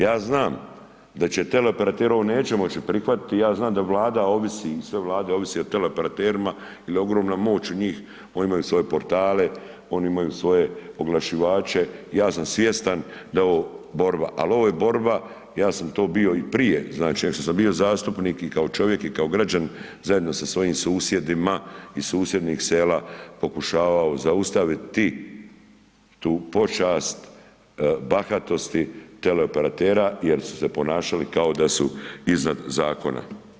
Ja znam da će teleoperateri, ovo neće moći prihvatiti i ja znam da Vlada ovisi, sve vlade ovise o teleoperaterima jer je ogromna moć u njih, onim imaju svoje portale, oni imaju svoje oglašivače, ja sam svjestan da je ovo borba, ali ovo je borba, ja sam to bio i prije, znači nego što sam bio zastupnik i kao čovjek i kao građanin, zajedno sa svojim susjedima iz susjednih sela pokušavao zaustaviti tu pošast bahatosti teleoperatera jer su se ponašali kao da su iznad zakona.